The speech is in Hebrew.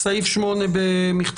סעיף 8 במכתב.